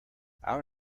our